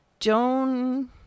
Joan